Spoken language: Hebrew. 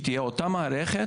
היא תהיה אותה מערכת,